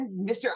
Mr